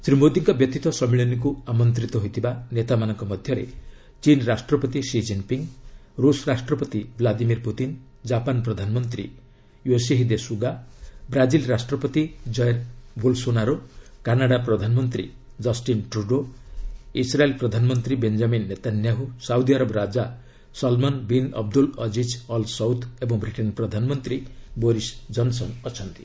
ଶ୍ରୀ ମୋଦୀଙ୍କ ବ୍ୟତୀତ ସମ୍ମିଳନୀକୁ ଆମନ୍ତ୍ରୀତ ହୋଇଥିବା ନେତାମାନଙ୍କ ମଧ୍ୟରେ ଚୀନ୍ ରାଷ୍ଟ୍ରପତି ଷି ଜିନ୍ପିଙ୍ଗ୍ ରୁଷ ରାଷ୍ଟ୍ରପତି ଭ୍ଲାଦିମିର୍ ପୁଡିନ୍ ଜାପାନ୍ ପ୍ରଧାନମନ୍ତ୍ରୀ ୟୋଶିହିଦେ ସୁଗା ବ୍ରାଜିଲ୍ ରାଷ୍ଟ୍ରପତି ଜୟେର୍ ବୋଲସୋନାରୋ କାନାଡ଼ା ପ୍ରଧାନମନ୍ତ୍ରୀ କଷ୍ଟିନ୍ ଟ୍ରଡୋ ଇସ୍ରାଏଲ୍ ପ୍ରଧାନମନ୍ତ୍ରୀ ବେଞ୍ଜାମିନ୍ ନେତାନ୍ୟାହୁ ସାଉଦିଆରବ ରାଜା Salman bin Abdul Aziz Al Saud ଏବଂ ବ୍ରିଟେନ୍ ପ୍ରଧାନମନ୍ତ୍ରୀ ବୋରିଶ ଜନ୍ସନ୍ ଅଛନ୍ତି